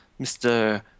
Mr